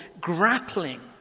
grappling